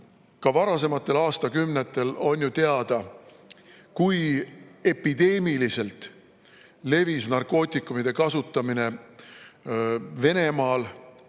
ka varasematest aastakümnetest on ju teada, kui epideemiliselt levis narkootikumide kasutamine Venemaal,